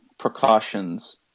precautions